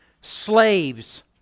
slaves